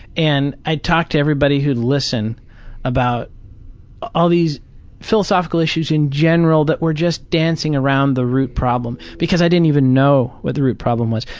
and i talked to everybody who'd listen about all these philosophical issues in general that were just dancing around the root problem because i didn't even know what the root problem was.